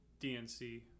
DNC